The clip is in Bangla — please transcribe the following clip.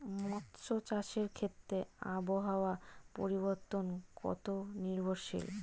মৎস্য চাষের ক্ষেত্রে আবহাওয়া পরিবর্তন কত নির্ভরশীল?